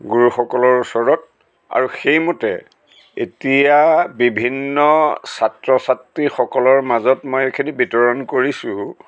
গুৰুসকলৰ ওচৰত আৰু সেইমতে এতিয়া বিভিন্ন ছাত্ৰ ছাত্ৰীসকলৰ মাজত মই এইখিনি বিতৰণ কৰিছোঁ